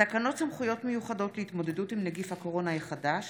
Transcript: תקנות סמכויות מיוחדות להתמודדות עם נגיף הקורונה החדש